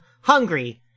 hungry